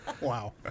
Wow